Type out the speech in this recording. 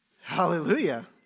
Hallelujah